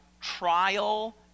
trial